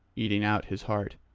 eating out his heart.